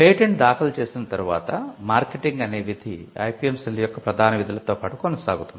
patent దాఖలు చేసిన తరువాత మార్కెటింగ్ అనే విధి ఐపిఎం సెల్ యొక్క ప్రధాన విధులతో పాటు కొనసాగుతుంది